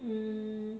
mm